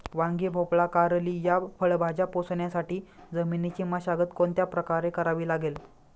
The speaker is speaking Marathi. वांगी, भोपळा, कारली या फळभाज्या पोसण्यासाठी जमिनीची मशागत कोणत्या प्रकारे करावी लागेल?